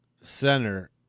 center